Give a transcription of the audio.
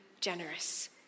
generous